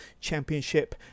championship